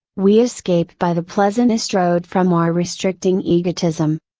we escape by the pleasantest road from our restricting egotism.